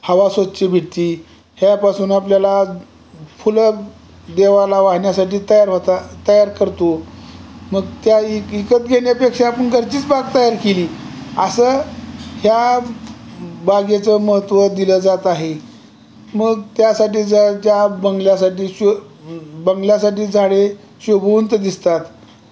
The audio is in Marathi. हवा स्वच्छ भेटते ह्यापासून आपल्याला फुलं देवाला वाहण्यासाठी तयार होता तयार करतो मग त्या विकत घेण्यापेक्षा आपण घरचीच बाग तयार केली असं ह्या बागेचं महत्त्व दिलं जात आहे मग त्यासाठी ज ज्या बंगल्यासाठी शि बंगलासाठी झाडे शोभीवंत दिसतात